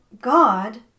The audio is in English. God